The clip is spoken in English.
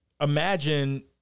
imagine